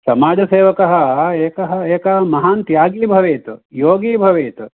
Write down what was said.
समाजसेवकः एकः एकः महान् त्यागी भवेत् योगी भवेत्